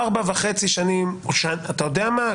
ארבע וחצי שנים אתה יודע מה?